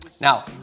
Now